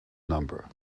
number